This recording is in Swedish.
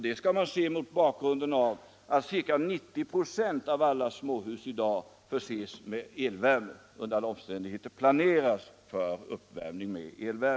Det skall man se mot bakgrund av att ca 90 96 av alla småhus förses med elvärme, under alla omständigheter planeras för uppvärmning med el.